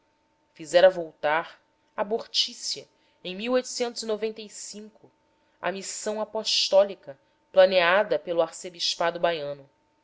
fizera voltar abortícia em e a missão apostólica planeada pelo arcebispado baiano